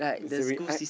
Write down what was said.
I